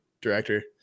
director